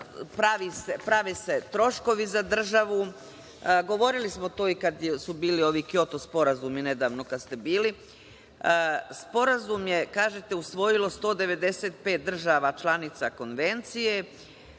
prave se troškovi za državu, govorili smo to i kada su bili ovi Kjoto sporazumi, nedavno, kada ste bili. Sporazum je kažete usvojilo 195 država, članica Konvencije,